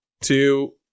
two